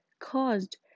caused